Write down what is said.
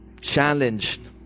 challenged